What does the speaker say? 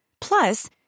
Plus